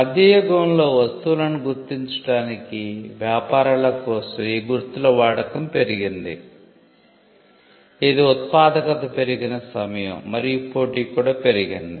మధ్య యుగంలో వస్తువులను గుర్తించడానికి వ్యాపారాల కోసం ఈ గుర్తుల వాడకం పెరిగింది ఇది ఉత్పాదకత పెరిగిన సమయం మరియు పోటీ కూడా పెరిగింది